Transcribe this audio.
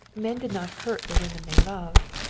men did not hurt the women they loved.